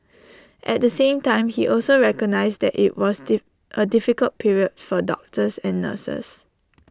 at the same time he also recognised that IT was diff A difficult period for doctors and nurses